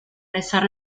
rezar